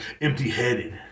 empty-headed